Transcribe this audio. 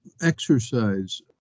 exercise